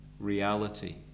reality